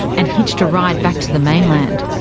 and hitched a ride back to the mainland.